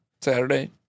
Saturday